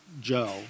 Joe